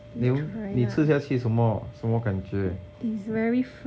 then then 你吃下去什么什么感觉